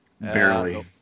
Barely